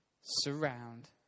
surround